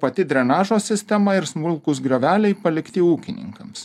pati drenažo sistema ir smulkūs grioveliai palikti ūkininkams